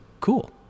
cool